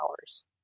hours